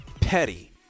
Petty